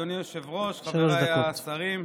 אדוני היושב-ראש, חבריי השרים,